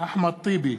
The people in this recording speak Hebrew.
אחמד טיבי,